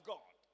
God